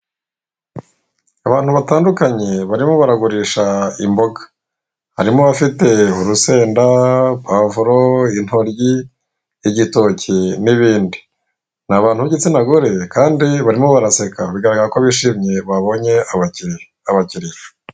Abantu batandukanye barimo baragurisha imboga, harimo abafite urusenda, puwavuro, intoryi, igitoki, n'ibindi, ni abantu b'igitsinagore kandi barimo baraseka, bigaragara ko bishimye, babonye abakiliya, abakiliya.